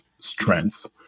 strengths